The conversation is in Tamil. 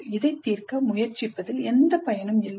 'இதை தீர்க்க முயற்சிப்பதில் எந்த பயனும் இல்லை